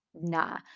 nah